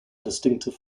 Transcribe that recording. distinctive